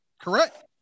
Correct